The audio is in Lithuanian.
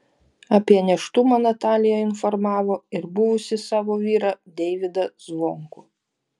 apie nėštumą natalija informavo ir buvusį savo vyrą deivydą zvonkų